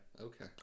Okay